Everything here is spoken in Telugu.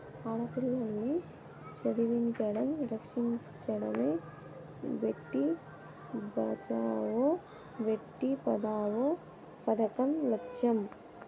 ఆడపిల్లల్ని చదివించడం, రక్షించడమే భేటీ బచావో బేటీ పడావో పదకం లచ్చెం